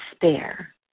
despair